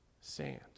sand